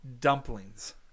Dumplings